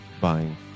buying